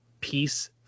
peace